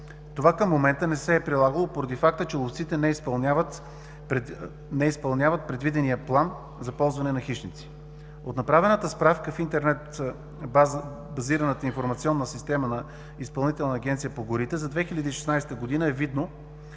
Това към момента не се е прилагало поради факта, че ловците не изпълняват предвидения план за ползване на хищници. От направената справка в интернет в базираната информационна система на Изпълнителна агенция по горите, за 2016 г. е видно,